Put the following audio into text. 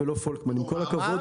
עם כל הפילוחים